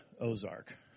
Ozark